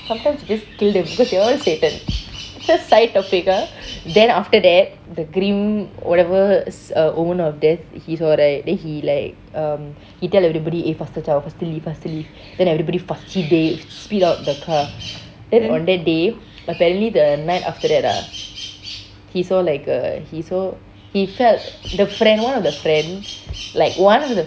sometimes we should kill them cause they all satan just a sight of figure then after that the grim whatever omen of death he saw right then he like um he tell everybody eh faster zao faster leave then everybody fast they speed out the car then on that day apparently the night after that ah he saw like a he saw he felt the friend one of the friend like one of the